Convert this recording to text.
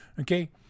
okay